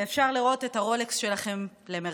ואפשר לראות את הרולקס שלכם למרחקים.